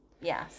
Yes